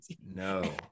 No